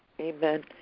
Amen